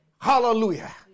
Hallelujah